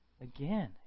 again